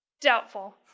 Doubtful